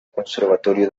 conservatorio